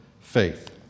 faith